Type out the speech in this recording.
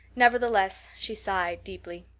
nevertheless, she sighed deeply.